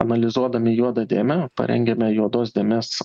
analizuodami juodą dėmę parengiame juodos dėmės